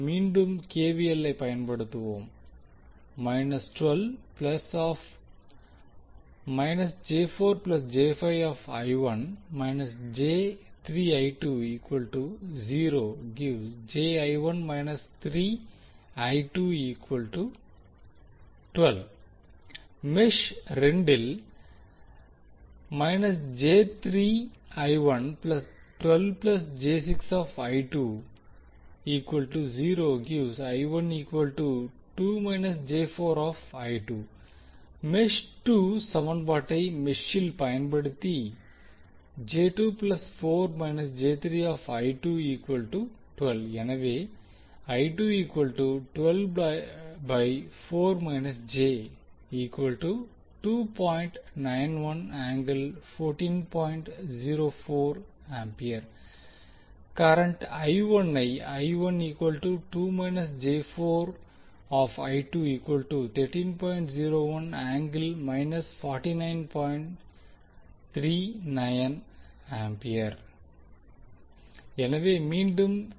மீண்டும் K V L ஐப் பயன்படுத்துவோம் மெஷ் 2 வில் மெஷ் 2 சமன்பாட்டை மெஷில் பயன்படுத்தி எனவே கரண்ட் ஐ எனவே மீண்டும் கே